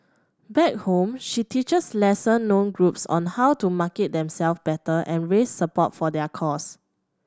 back home she teaches lesser known groups on how to market themself better and raise support for their cause